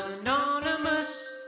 Anonymous